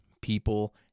people